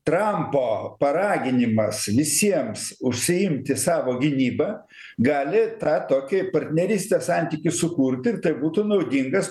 trampo paraginimas visiems užsiimti savo gynyba gali tą tokį partnerystės santykius sukurti ir tai būtų naudingas